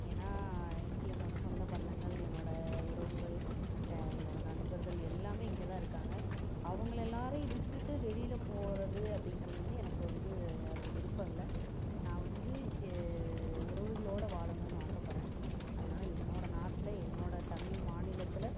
ஏன்னா என்னோட சொந்த பந்தங்கள் என்னோட உறவுகள் என்னோட நண்பர்கள் எல்லாமே இங்கே தான் இருக்காங்க அவங்கள எல்லாரையும் விட்டுட்டு வெளியில போகறது அப்படிங்குறது வந்து எனக்கு வந்து அதில் விருப்பம் இல்லை நான் வந்து உறவுகளோட வாழணும்னு ஆசைப்படுறேன் அதனால என்னோட நாட்டில என்னோட தமிழ் மாநிலத்தில்